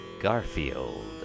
Garfield